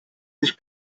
sich